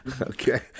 okay